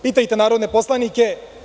Pitajte narodne poslanike.